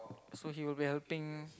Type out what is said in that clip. so she will be helping